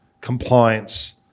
compliance